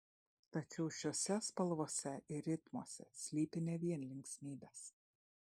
tačiau šiose spalvose ir ritmuose slypi ne vien linksmybės